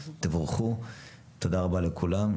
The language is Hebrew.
תבורכו, תודה רבה לכולם.